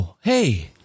hey